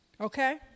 Okay